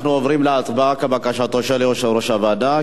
אנחנו עוברים להצבעה כבקשתו של יושב-ראש הוועדה,